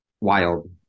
Wild